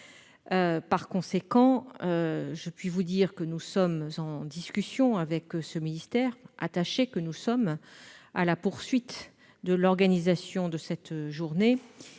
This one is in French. Par conséquent, je puis vous assurer que nous sommes en discussion avec ce ministère, attachés que nous sommes à la poursuite de l'organisation de cette journée.